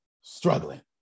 struggling